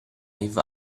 live